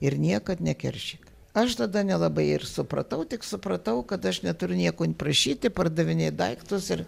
ir niekad nekeršyk aš tada nelabai ir supratau tik supratau kad aš neturiu nieko n prašyti pardavinėt daiktus ir